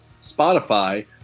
Spotify